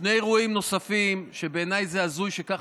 שני אירועים נוספים שבעיניי זה הזוי שכך